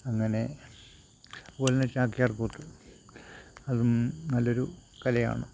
അങ്ങനെ അതുപോലെത്തന്നെ ചാക്യാർകൂത്ത് അതും നല്ലൊരു കലയാണ്